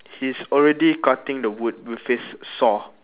he's already cutting the wood with his saw